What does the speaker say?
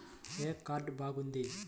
ఏ card బాగుంది?